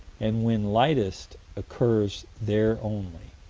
and when lightest occurs there only.